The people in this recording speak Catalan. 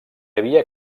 havia